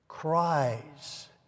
Cries